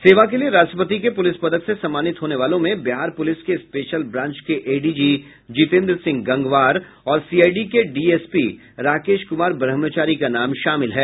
सेवा के लिए राष्ट्रपति के पुलिस पदक से सम्मानित होने वालों में बिहार पुलिस के स्पेशल ब्रांच के एडीजी जितेन्द्र सिंह गंगवार और सीआईडी के डीएसपी राकेश कुमार ब्रह्मचारी का नाम शामिल है